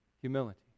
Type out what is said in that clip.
Humility